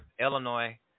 Illinois